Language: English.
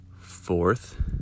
fourth